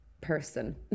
person